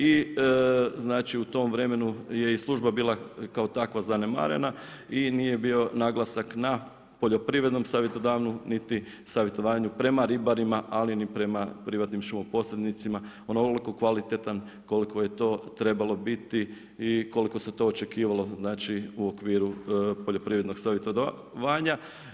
I znači u tom vremenu je i služba bila kao takva zanemarena i nije bio naglasak na poljoprivrednom savjetovanju niti savjetovanju prema ribarima, prema ribarima ali ni prema privatnim šumo posrednicima, onoliko kvalitetan koliko je to trebalo biti i koliko se to očekivalo znači u okviru poljoprivrednog savjetovanja.